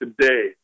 today